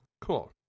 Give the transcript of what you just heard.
cool